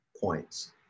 points